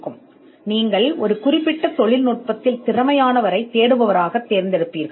இப்போது நீங்கள் ஒரு குறிப்பிட்ட தொழில்நுட்பத்தில் திறமையான ஒரு தேடுபவரைத் தேர்ந்தெடுப்பீர்கள்